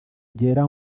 byera